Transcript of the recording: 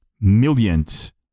Millions